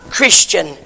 Christian